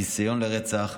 ניסיון לרצח,